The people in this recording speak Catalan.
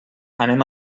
anem